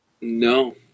No